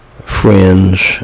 friends